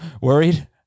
Worried